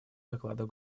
докладов